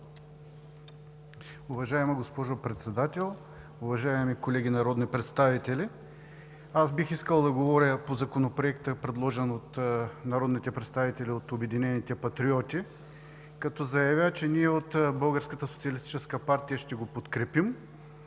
Уважаема госпожо Председател, уважаеми колеги народни представители! Бих искал да говоря по Законопроекта, предложен от народните представители от „Обединени патриоти“, като заявя, че ние от Българската социалистическа партия ще го подкрепим,